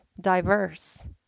diverse